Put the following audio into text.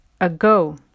ago